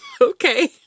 okay